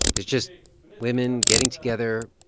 it's just women getting together,